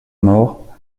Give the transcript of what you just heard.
mort